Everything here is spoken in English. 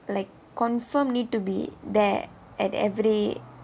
like confirm need to be there at every